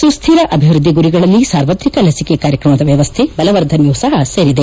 ಸುಕ್ಕಿರ ಅಭಿವೃದ್ಧಿ ಗುರಿಗಳಲ್ಲಿ ಸಾರ್ವತ್ರಿಕ ಲಸಿಕೆ ಕಾರ್ಯಕ್ರಮದ ವ್ಕವಸ್ಥೆ ಬಲವರ್ಧನೆಯೂ ಸಹ ಸೇರಿದೆ